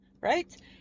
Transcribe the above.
Right